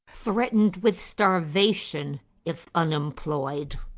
threatened with starvation if unemployed,